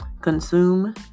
consume